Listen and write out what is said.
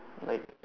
like